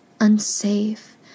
unsafe